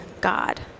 God